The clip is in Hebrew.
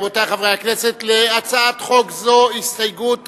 רבותי חברי הכנסת, להצעת חוק זו הסתייגות אחת,